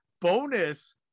bonus